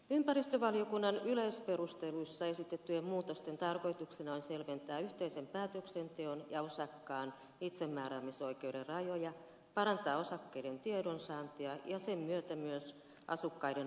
ympäristövaliokunnan yleisperusteluissa esitettyjen muutosten tarkoituksena on selventää yhteisen päätöksenteon ja osakkaan itsemääräämisoikeuden rajoja parantaa osakkaiden tiedonsaantia ja sen myötä myös asukkaiden vaikutusmahdollisuuksia